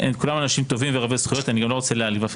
כי ייצגתי שם בתיק.